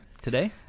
today